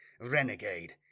Renegade